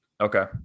Okay